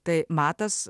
tai matas